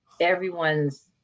everyone's